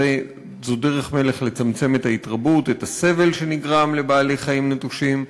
זו דרך המלך לצמצם את ההתרבות ואת הסבל שנגרם לבעלי-חיים נטושים,